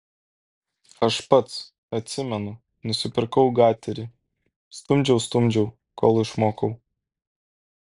aš pats atsimenu nusipirkau gaterį stumdžiau stumdžiau kol išmokau